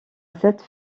cette